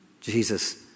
Jesus